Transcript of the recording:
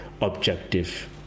objective